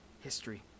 history